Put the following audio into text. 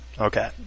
Okay